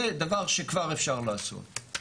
זה דבר שכבר אפשר לעשות.